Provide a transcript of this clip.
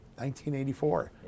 1984